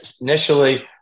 initially